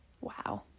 wow